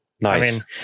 Nice